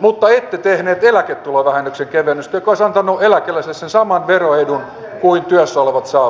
mutta ette tehneet eläketulovähennyksen kevennystä joka olisi antanut eläkeläisille sen saman veroedun kuin työssä olevat saavat